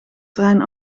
trein